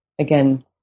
again